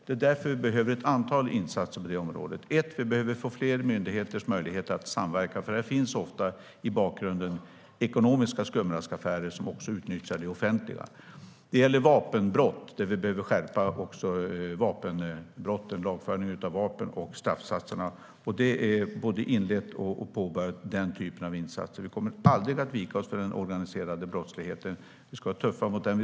Det är därför vi behöver ett antal insatser på området. För det första behöver vi få fler möjligheter för myndigheter att samverka. I bakgrunden finns ofta ekonomiska skumraskaffärer som också utnyttjar det offentliga. Det gäller vapenbrott, där vi behöver skärpa lagförandet och straffsatserna i vapenlagen. Den typen av insatser är inledda och påbörjade. Vi kommer aldrig att vika oss för den organiserade brottsligheten. Vi ska vara tuffa mot den.